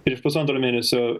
prieš pusantro mėnesio